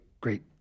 great